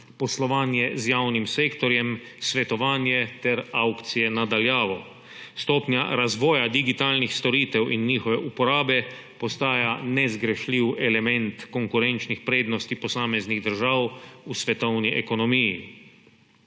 poslovanje z javnim sektorjem, svetovanje ter avkcije na daljavo. Stopnja razvoja digitalnih storitev in njihove uporabe postaja nezgrešljiv element konkurenčnih prednosti posameznih držav v svetovni ekonomiji.